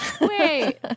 wait